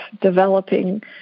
developing